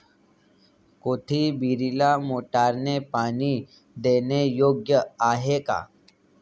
कोथिंबीरीला मोटारने पाणी देणे योग्य आहे का?